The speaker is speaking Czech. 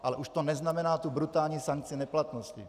Ale už to neznamená tu brutální sankci neplatnosti.